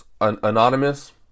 Anonymous